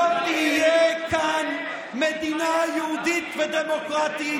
אתה בעד הרפורמה,